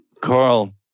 carl